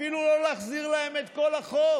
אפילו לא להחזיר להם את כל החוב,